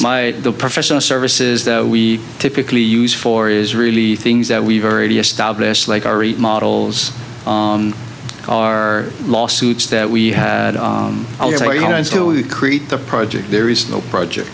my professional services that we typically use for is really things that we've already established like arre models our lawsuits that we had to create the project there is no project